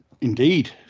Indeed